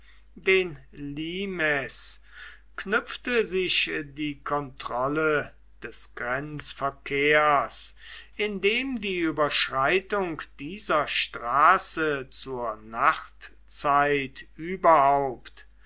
den li knüpfte sich die kontrolle des grenzverkehrs indem die überschreitung dieser straße zur nachtzeit überhaupt